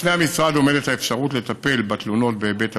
בפני המשרד עומדת האפשרות לטפל בתלונות בהיבט הפלילי,